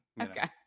okay